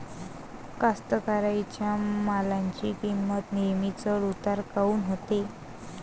कास्तकाराइच्या मालाची किंमत नेहमी चढ उतार काऊन होते?